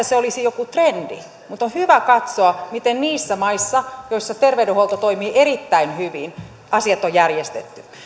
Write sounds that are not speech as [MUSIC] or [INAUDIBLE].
[UNINTELLIGIBLE] se olisi joku trendi mutta on hyvä katsoa miten niissä maissa joissa terveydenhuolto toimii erittäin hyvin asiat on järjestetty